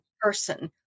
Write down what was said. person